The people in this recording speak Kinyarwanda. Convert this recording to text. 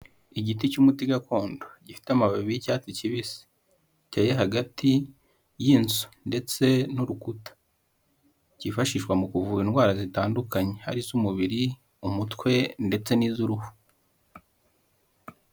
Igiti cy'umuti gakondo gifite amababi y'icyatsi kibisi giteye hagati y'inzu ndetse n'urukuta cyifashishwa mu kuvura indwara zitandukanye hari iz'umubiri umutwe ndetse niz'uruhu.